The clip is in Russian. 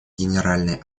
генеральной